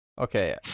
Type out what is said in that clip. Okay